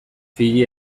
fiji